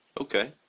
okay